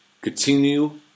continue